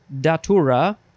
Datura